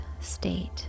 state